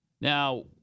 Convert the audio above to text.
Now